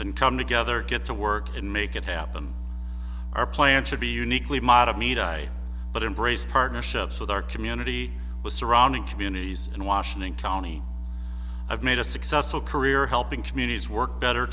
and come together get to work and make it happen plan should be uniquely ma to meet i but embrace partnerships with our community with surrounding communities in washington county made a successful career helping communities work better